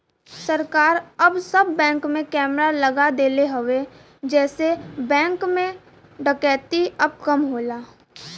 सरकार अब सब बैंक में कैमरा लगा देले हउवे जेसे बैंक में डकैती अब कम होला